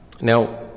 Now